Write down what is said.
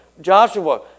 Joshua